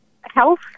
health